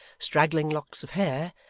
straggling locks of hair,